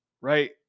right